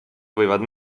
võivad